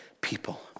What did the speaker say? people